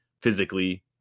physically